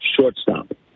shortstop